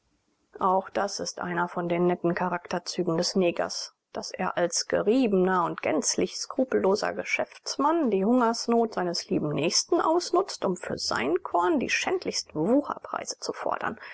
auch das ist einer von den netten charakterzügen des negers daß er als geriebener und gänzlich skrupelloser geschäftsmann die hungersnot seines lieben nächsten ausnutzt um für sein korn die schändlichsten wucherpreise zu fordern